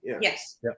Yes